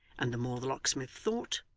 and the more the locksmith thought,